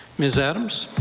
ms. adams.